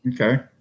Okay